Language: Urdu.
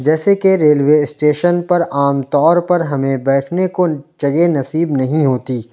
جیسے کہ ریلوے اسٹیشن پر عام طور پر ہمیں بیٹھنے کو جگہ نصیب نہیں ہوتی